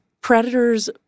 predators